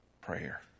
prayer